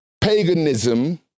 paganism